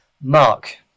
Mark